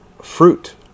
Fruit